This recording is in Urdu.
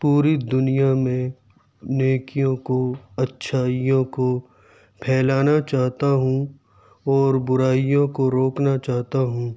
پوری دنیا میں نیکیوں کو اچھائیوں کو پھیلانا چاہتا ہوں اور برائیوں کو روکنا چاہتا ہوں